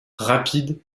rapide